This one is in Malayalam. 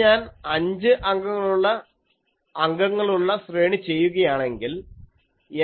ഇനി ഞാൻ അഞ്ച് അംഗങ്ങളുള്ള ശ്രേണി ചെയ്യുകയാണെങ്കിൽ